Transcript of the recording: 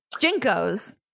Jinkos